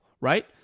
right